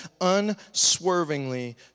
unswervingly